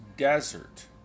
desert